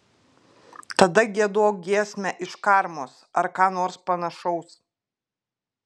tada giedok giesmę iš karmos ar ką nors panašaus